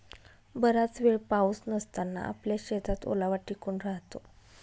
बराच वेळ पाऊस नसताना आपल्या शेतात ओलावा टिकून राहतो